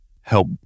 help